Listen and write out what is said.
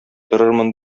торырмын